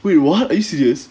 wait what are you serious